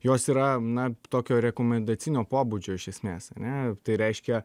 jos yra na tokio rekomendacinio pobūdžio iš esmės ane tai reiškia